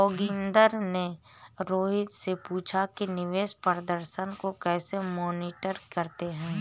जोगिंदर ने रोहित से पूछा कि निवेश प्रदर्शन को कैसे मॉनिटर करते हैं?